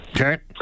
Okay